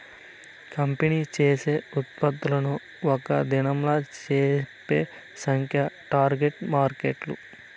company చేసే ఉత్పత్తులను ఒక్క దినంలా చెప్పే సంఖ్యే టార్గెట్ మార్కెట్